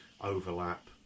overlap